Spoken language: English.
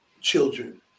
children